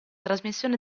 trasmissione